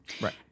Right